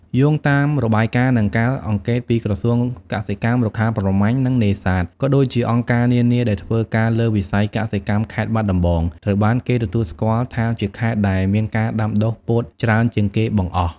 យោងតាមរបាយការណ៍ និងការអង្កេតពីក្រសួងកសិកម្ម រុក្ខាប្រមាញ់ និងនេសាទ ក៏ដូចជាអង្គការនានាដែលធ្វើការលើវិស័យកសិកម្ម ខេត្តបាត់ដំបង ត្រូវបានគេទទួលស្គាល់ថាជាខេត្តដែលមានការដាំដុះពោតច្រើនជាងគេបង្អស់។